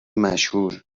مشهور